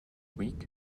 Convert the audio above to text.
week